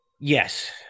yes